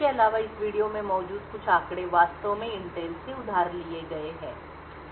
इसके अलावा इस वीडियो में मौजूद कुछ आंकड़े वास्तव में इंटेल से उधार लिए गए हैं